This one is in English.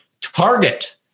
Target